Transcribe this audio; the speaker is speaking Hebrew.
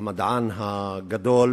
המדען הגדול